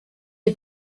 est